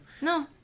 No